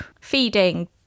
feeding